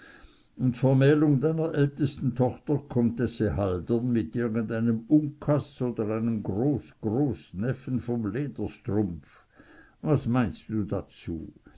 deiner ältesten tochter komtesse haldern mit irgendeinem unkas oder einem großgroßneffen von lederstrumpf was meinst du dazu